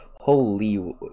holy